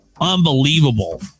unbelievable